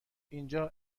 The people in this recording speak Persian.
اینجا